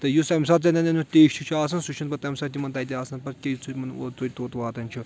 تہٕ یُس اَمہِ ساتہٕ چھُ آسان سُہ چھُنہٕ پَتہٕ تَمہِ ساتہٕ تِمَن تَتہِ آسان پَتہٕ کیٚنٛہہ توٚت واتَن چھُ